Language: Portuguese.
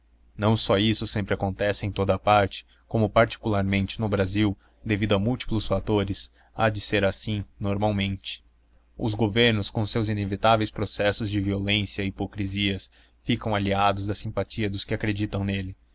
não só isso sempre acontece em toda a parte como particularmente no brasil devido a múltiplos fatores há de ser assim normalmente os governos com os seus inevitáveis processos de violência e hipocrisias ficam alheados da simpatia dos que acreditam nele